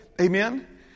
Amen